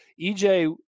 EJ